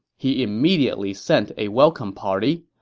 he immediately sent a welcome party.